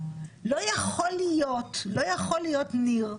לא יכול להיות, ניר,